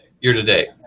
year-to-date